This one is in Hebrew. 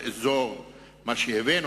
מה שכבר הבאנו